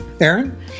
Aaron